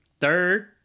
Third